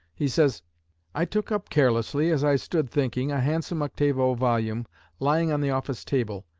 he says i took up carelessly, as i stood thinking, a handsome octavo volume lying on the office table.